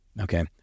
Okay